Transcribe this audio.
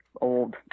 old